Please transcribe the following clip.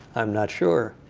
i'm not sure.